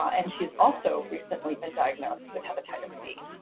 and she's also recently been diagnosed with hepatitis c.